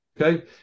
Okay